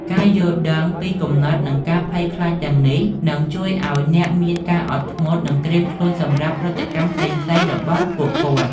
ការយល់ដឹងពីគំនិត និងការភ័យខ្លាចទាំងនេះ នឹងជួយឱ្យអ្នកមានការអត់ធ្មត់ និងត្រៀមខ្លួនសម្រាប់ប្រតិកម្មផ្សេងៗរបស់ពួកគាត់។